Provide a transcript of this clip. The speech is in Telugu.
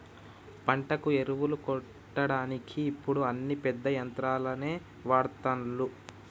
పంటకు ఎరువులు కొట్టడానికి ఇప్పుడు అన్ని పెద్ద యంత్రాలనే వాడ్తాన్లు